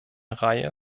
reihe